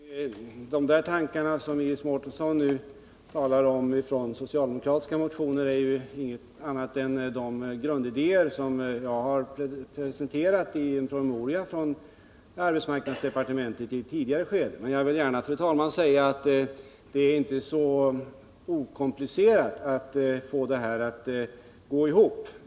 Fru talman! De tankar som Iris Mårtensson nu för fram och som väckts i socialdemokratiska motioner är ju inget annat än de grundidéer som jag i ett tidigare skede har presenterat i en promemoria från arbetsmarknadsdepartementet. Men, fru talman, jag vill tillägga att det inte är så okomplicerat att få detta att gå ihop.